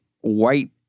white